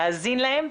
להאזין להם,